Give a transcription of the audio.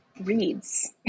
reads